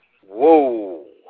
Whoa